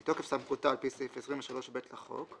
מתוקף סמכותה על-פי סעיף 23(ב) לחוק,